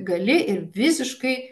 gali ir visiškai